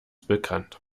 bekannt